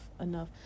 enough